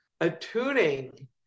attuning